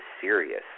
serious